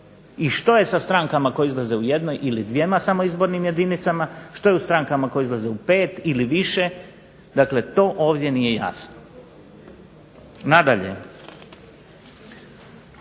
I što je sa strankama koje izlaze u jednoj, ili dvjema samo izbornim jedinicama? Što je u strankama koje izlaze u pet ili više? Dakle to ovdje nije jasno. Nadalje.